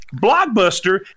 Blockbuster